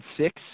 six